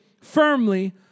firmly